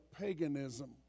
paganism